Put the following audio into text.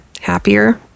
happier